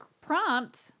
prompt